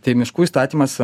tai miškų įstatymas